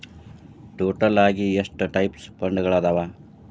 total ಆಗಿ ಎಷ್ಟ types ಫಂಡ್ಗಳದಾವ